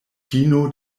fino